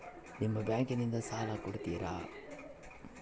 ನಿಮ್ಮ ಬ್ಯಾಂಕಿನಿಂದ ಸಾಲ ಕೊಡ್ತೇರಾ?